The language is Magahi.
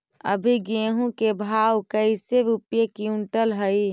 अभी गेहूं के भाव कैसे रूपये क्विंटल हई?